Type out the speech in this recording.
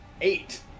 eight